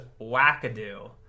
wackadoo